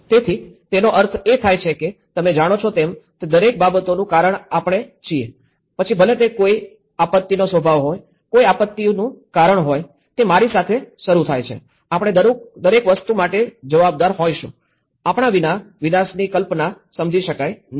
તેથી તેનો અર્થ એ થાય છે કે તમે જાણો છો તેમ તે દરેક બાબતોનું કારણ આપણે છીએ પછી ભલે તે કોઈ આપત્તિનો સ્વભાવ હોય કોઈ આપત્તિનું કારણ હોય તે મારી સાથે શરૂ થાય છે આપણે દરેક વસ્તુ માટે જવાબદાર હોઈશું આપણા વિના વિનાશની કલ્પના સમજી શકાય નહીં